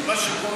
כי מה שקורה,